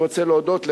תודה.